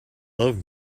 love